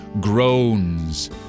groans